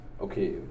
okay